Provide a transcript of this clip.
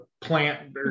Plant